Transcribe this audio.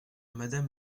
madame